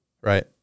right